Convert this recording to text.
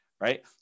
Right